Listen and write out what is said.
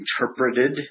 interpreted